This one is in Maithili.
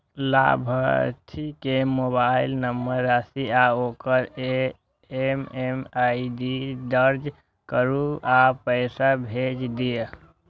लाभार्थी के मोबाइल नंबर, राशि आ ओकर एम.एम.आई.डी दर्ज करू आ पैसा भेज दियौ